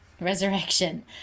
resurrection